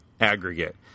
aggregate